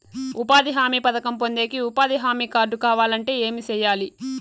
ఉపాధి హామీ పథకం పొందేకి ఉపాధి హామీ కార్డు కావాలంటే ఏమి సెయ్యాలి?